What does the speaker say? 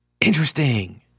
Interesting